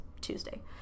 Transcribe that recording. Tuesday